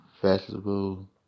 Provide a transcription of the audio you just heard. Festival